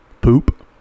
poop